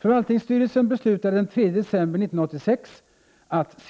Förvaltningsstyrelsen beslutade den 3 december 1986 att